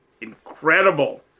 Incredible